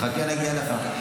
חכה, נגיע אליך.